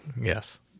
Yes